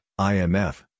IMF